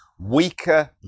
Weaker